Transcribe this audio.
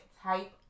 type